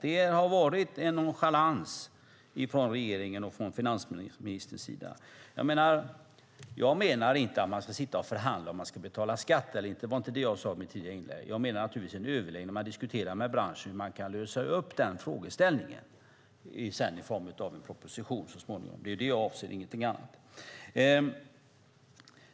Det har varit en nonchalans från regeringens och finansministerns sida. Jag menar inte att man ska sitta och förhandla om huruvida det ska betalas skatt. Det var inte det jag sade i mitt tidigare inlägg. Jag menar naturligtvis en överläggning där man diskuterar med branschen hur man så småningom ska kunna lösa upp frågeställningen i form av en proposition. Det är detta jag avser, ingenting annat.